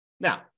Now